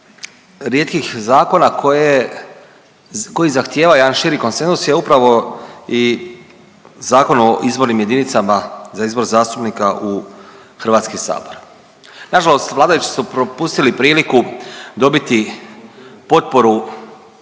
rijetkih zakona koje, koji zahtijeva jedan širi konsenzus je upravo i Zakon o izbornim jedinicama za izbor zastupnika u Hrvatski sabor. Nažalost vladajući su propustili priliku dobiti potporu